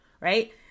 right